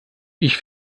ich